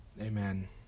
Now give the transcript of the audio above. Amen